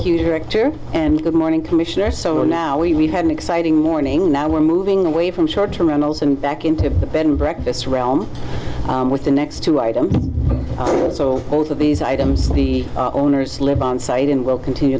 director and good morning commissioner so now we had an exciting morning now we're moving away from short term rentals and back into the bed and breakfast realm with the next two items so both of these items the owners live on site and will continue